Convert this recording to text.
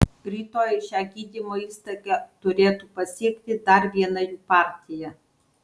rytoj šią gydymo įstaigą turėtų pasiekti dar viena jų partija